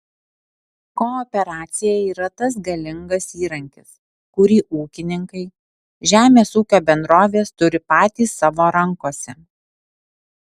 kooperacija yra tas galingas įrankis kurį ūkininkai žemės ūkio bendrovės turi patys savo rankose